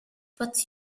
but